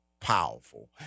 powerful